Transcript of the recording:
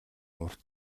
урт